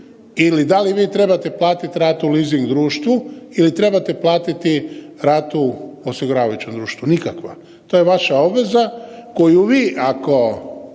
ili da li vi trebate ratu leasing društvu ili trebate platiti ratu osiguravajućem društvu, nikakva. To je vaša obveza koju vi ako,